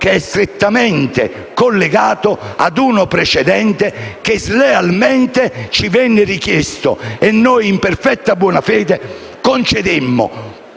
che è strettamente collegato a uno precedente che, slealmente, ci venne richiesto e che noi, in perfetta buona fede, concedemmo